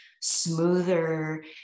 smoother